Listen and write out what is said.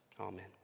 Amen